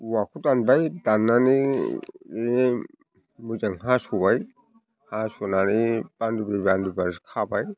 औवाखौ दानबाय दाननानै बिदिनो मोजां हास'बाय हास'नानै बानदोब्रै बानदोबासो खाबाय